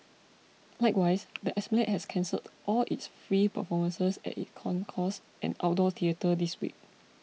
likewise the Esplanade has cancelled all its free performances at its concourse and outdoor theatre this week